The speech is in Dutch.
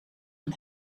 een